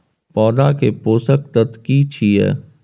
पौधा के पोषक तत्व की छिये?